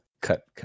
cut